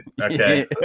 Okay